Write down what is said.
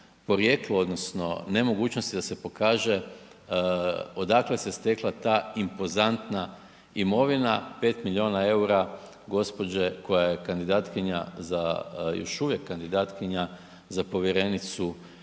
porijeklu odnosno nemogućnosti da se pokaže odakle se stekla ta impozantna imovina, 5 milijuna EUR-a gđe. koja je kandidatkinja za, još uvijek kandidatkinja, za povjerenicu